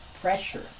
pressure